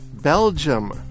Belgium